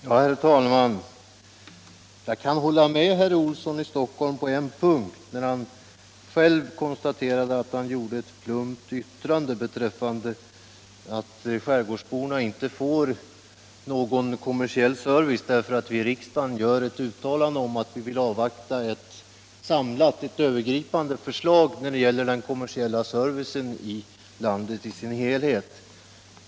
Herr talman! Jag kan hålla med herr Olsson i Stockholm på en punkt, = Stöd till skärgårdsoch det är när han själv konstaterade att han gjorde ett plumpt yttrande = företag, m.m. beträffande att skärgårdsborna inte får någon kommersiell service därför att riksdagen uttalar att man vill avvakta ett övergripande förslag när det gäller den kommersiella servicen i landet i dess helhet.